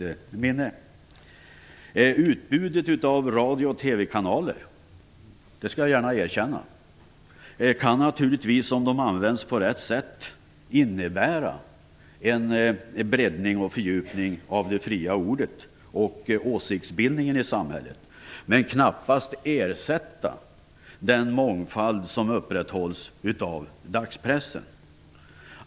Jag skall gärna erkänna att utbudet av radio och TV-kanaler, om dessa används på rätt sätt, naturligtvis kan innebära en breddning och fördjupning av det fria ordet och åsiktsbildningen i samhället, men de kan knappast ersätta den mångfald som upprätthålls av dagspressen.